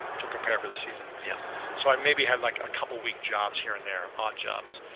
to prepare for the season. yeah so i maybe had like a couple weeks jobs here and there, odd jobs.